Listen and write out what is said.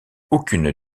aucune